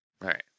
Right